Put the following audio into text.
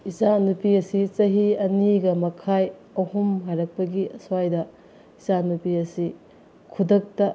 ꯏꯆꯥ ꯅꯨꯄꯤ ꯑꯁꯤ ꯆꯍꯤ ꯑꯅꯤꯒ ꯃꯈꯥꯏ ꯑꯍꯨꯝ ꯍꯥꯏꯔꯛꯄꯒꯤ ꯁ꯭ꯋꯥꯏꯗ ꯏꯆꯥ ꯅꯨꯄꯤ ꯑꯁꯤ ꯈꯨꯗꯛꯇ